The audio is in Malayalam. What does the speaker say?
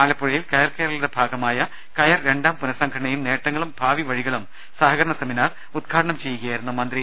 ആലപ്പുഴയിൽ കയർ കേരളയുടെ ഭാഗമായ കയർ രണ്ടാം പുനഃസംഘടനയും നേട്ടങ്ങളും ഭാവി ്വഴികളും സഹകരണ സെമിനാർ ഉദ്ഘാടനം ചെയ്യുകയായിരുന്നു മന്ത്രി